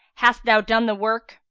hast thou done the work?